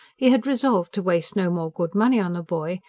he had resolved to waste no more good money on the boy,